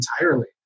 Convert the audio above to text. entirely